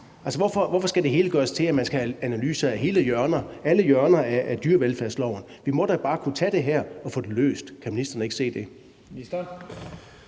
Hvorfor skal det hele gøres til, at man skal have analyser af alle hjørner af dyrevelfærdsloven? Vi må da bare kunne tage det her og få det løst. Kan ministeren ikke se det?